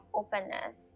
openness